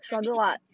maybe 一点点